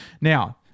Now